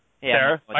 Sarah